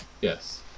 Yes